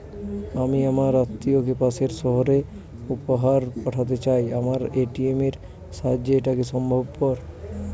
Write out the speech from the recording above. আমি আমার আত্মিয়কে পাশের সহরে উপহার পাঠাতে চাই আমার এ.টি.এম এর সাহায্যে এটাকি সম্ভবপর?